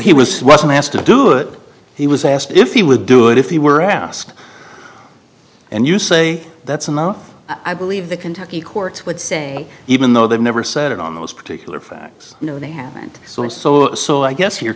he was asked to do that he was asked if he would do it if he were asked and you say that's enough i believe the kentucky courts would say even though they've never said it on those particular facts you know they haven't so and so so i guess you're